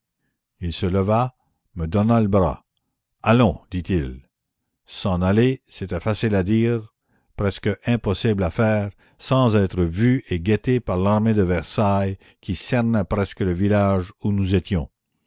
il se leva me donna le bras allons dit-il s'en aller c'était facile à dire presque impossible à faire sans être vus et guettés par l'armée de versailles qui cernait presque le village où nous étions